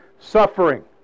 suffering